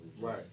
Right